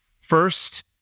First